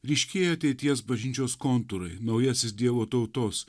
ryškėja ateities bažnyčios kontūrai naujasis dievo tautos